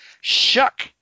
Shuck